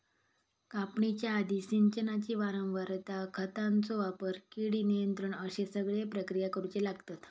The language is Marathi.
कापणीच्या आधी, सिंचनाची वारंवारता, खतांचो वापर, कीड नियंत्रण अश्ये सगळे प्रक्रिया करुचे लागतत